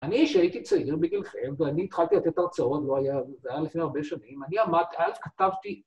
אני שהייתי צעיר, בגילכם, ואני התחלתי לתת הרצאות, זה היה לפני הרבה שנים, אני עמד... אז כתבתי...